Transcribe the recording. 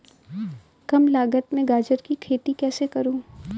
कम लागत में गाजर की खेती कैसे करूँ?